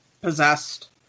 possessed